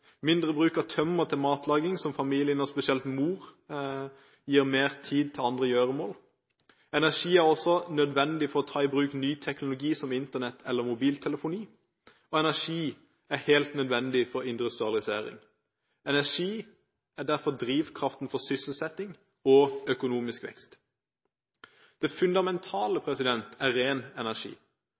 mindre bruk av tømmer til matlaging, som gir familien, og spesielt mor, mer tid til andre gjøremål. Energi er også nødvendig for å ta i bruk ny teknologi som Internett eller mobiltelefoni, og det er helt nødvendig for industrialisering. Energi er derfor drivkraften for sysselsetting og økonomisk vekst. Det fundamentale er ren energi.